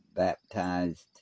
Baptized